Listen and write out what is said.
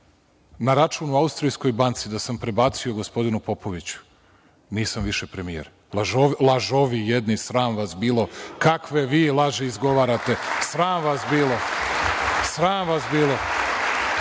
na račun u austrijskoj banci da sam prebacio gospodinu Popoviću, nisam više premijer. Lažovi jedni, sram vas bilo, kakve vi laži izgovarate. Sram vas bilo! I nije